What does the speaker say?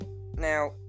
Now